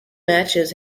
matches